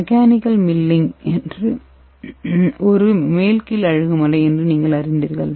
mechanical milling ஒரு மேல் கீழ் அணுகுமுறை என்று நீங்கள் அறிந்தீர்கள்